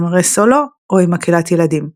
עם זמרי סולו או עם מקהלת ילדים.